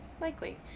Likely